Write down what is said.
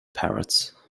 parrots